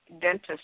dentist